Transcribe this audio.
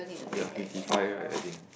ya fifty five right I think